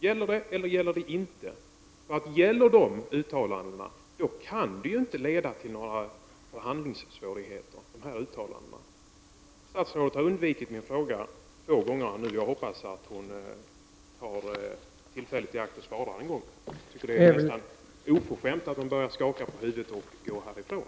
Gäller de eller gäller de inte? Gäller statsrådets uttalanden kan de ju inte leda till några förhandlingssvårigheter. Statsrådet har undvikit min fråga två gånger nu, och jag hoppas att hon tar tillfället i akt och svarar mig. Jag tycker att det är oförskämt att hon bara skakar på huvudet och går härifrån.